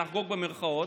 "נחגוג" במירכאות.